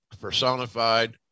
personified